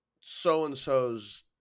so-and-so's